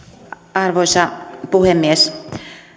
arvoisa puhemies